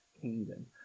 kingdom